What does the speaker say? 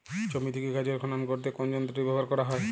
জমি থেকে গাজর খনন করতে কোন যন্ত্রটি ব্যবহার করা হয়?